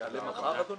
זה יעלה מחר, אדוני?